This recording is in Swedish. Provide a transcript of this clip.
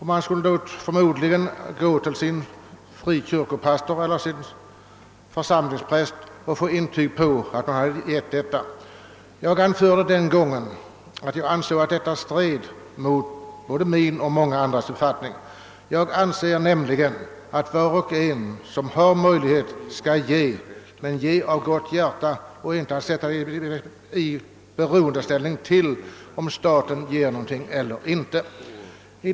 Man skulle förmodligen gå till sin frikyrkopastor eller sin församlingspräst och få ett intyg om att man hade lämnat en gåva. Jag anförde den gången, att detta stred mot min och många andras uppfattning. Jag anser nämligen att var och en som har möjlighet bör ge, men ge av gott hjärta, oberoende av om staten lämnar något bidrag eller inte.